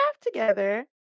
together